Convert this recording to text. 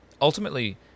ultimately